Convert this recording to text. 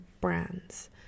brands